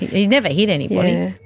he never hit anybody.